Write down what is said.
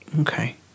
Okay